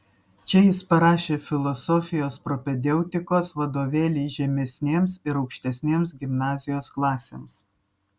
čia jis parašė filosofijos propedeutikos vadovėlį žemesnėms ir aukštesnėms gimnazijos klasėms